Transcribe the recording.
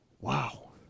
Wow